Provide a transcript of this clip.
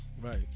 Right